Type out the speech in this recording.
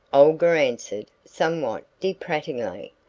olga answered somewhat deprecatingly.